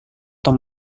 tom